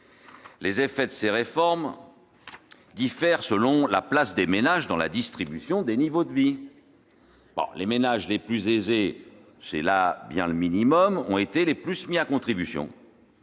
Les effets de ces réformes diffèrent selon la place des ménages dans la distribution des niveaux de vie. Les ménages les plus aisés- mais c'est bien le minimum -ont été les plus mis à contribution